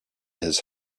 his